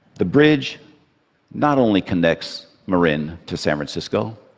the bridge not only connects marin to san francisco,